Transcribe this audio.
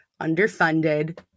underfunded